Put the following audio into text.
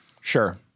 Sure